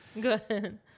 Good